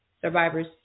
survivors